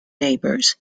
neighbors